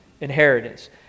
inheritance